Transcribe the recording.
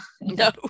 No